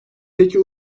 peki